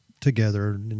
together